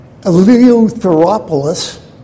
Eleutheropolis